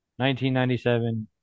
1997